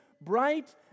bright